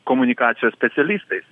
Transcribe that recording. komunikacijos specialistais